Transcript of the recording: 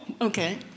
okay